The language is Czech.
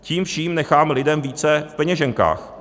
Tím vším necháme lidem více v peněženkách.